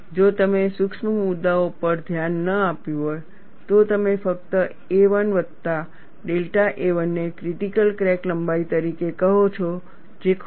જો તમે સૂક્ષ્મ મુદ્દાઓ પર ધ્યાન ન આપ્યું હોય તો તમે ફક્ત a1 વત્તા ડેલ્ટા a1 ને ક્રિટીકલ ક્રેક લંબાઈ તરીકે કહો છો જે ખોટું છે